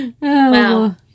Wow